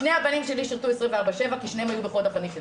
שני הבנים שלי שירתו 24/7 כי שניהם היו בחוד החנית בצה"ל.